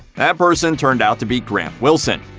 that person turned out to be grant wilson.